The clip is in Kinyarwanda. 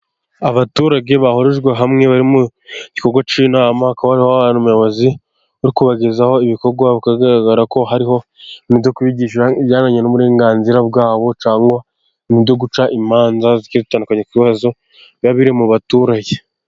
Abaturage bahurijwe hamwe bari mugikorwa cy'inama, akaba ari umuyobozi uri kubagezaho ibikorwa, bikaba bigaragara ko hariho ibintu byo kubigisha, ibijyanye n'uburenganzira bwabo cyangwa ibintu byoguca imanza zigiye zitandukanye, ku bibazo biba biri mu baturage.